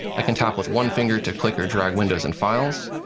i can tap with one finger to click or drag windows and files.